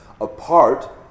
apart